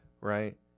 right